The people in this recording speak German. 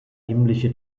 himmlische